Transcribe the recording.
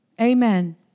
Amen